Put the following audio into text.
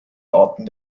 arten